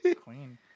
Queen